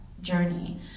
journey